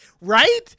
Right